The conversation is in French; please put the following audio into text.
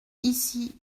ici